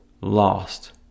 lost